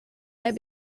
der